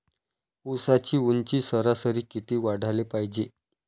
ऊसाची ऊंची सरासरी किती वाढाले पायजे?